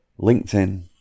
LinkedIn